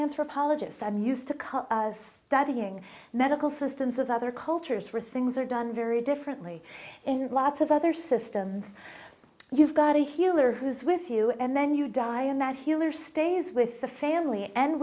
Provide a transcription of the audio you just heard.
anthropologist i'm used to come studying medical systems of other cultures where things are done very differently in lots of other systems you've got a healer who's with you and then you die and that healer stays with the family and